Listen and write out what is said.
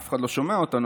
אף אחד לא שומע אותנו,